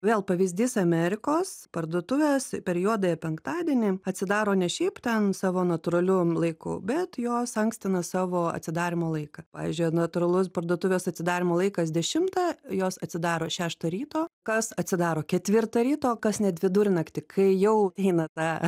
vėl pavyzdys amerikos parduotuvės per juodąjį penktadienį atsidaro ne šiaip ten savo natūraliu laiku bet jos ankstina savo atsidarymo laiką pavyzdžiui natūralus parduotuvės atsidarymo laikas dešimtą jos atsidaro šeštą ryto kas atsidaro ketvirtą ryto kas net vidurnaktį kai jau eina ta